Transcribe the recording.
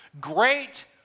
Great